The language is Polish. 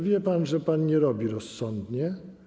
Wie pan, że pan nie robi rozsądnie.